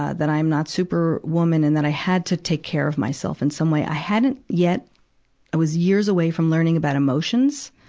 ah that i'm not super woman and that i had to take care of myself in some way. i hadn't yet i was years away from learning about emotions.